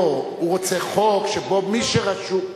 לא, הוא רוצה חוק שבו מי שרשום,